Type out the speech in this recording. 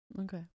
Okay